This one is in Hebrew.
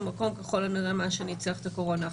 מקום ככל הנראה מה שניצח את הקורונה.